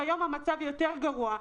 כיום המצב יותר גרוע.